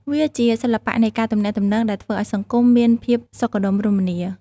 វាជាសិល្បៈនៃការទំនាក់ទំនងដែលធ្វើឲ្យសង្គមមានភាពសុខដុមរមនា។